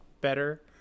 better